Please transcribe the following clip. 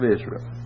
Israel